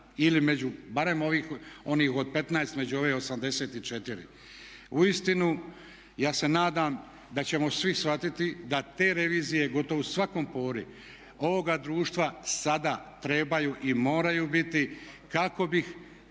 ili među barem onih od 15 među ove 84. Uistinu, ja se nadam da ćemo svi shvatiti da te revizije gotovo u svakoj pori ovoga društva sada trebaju i moraju biti kako bi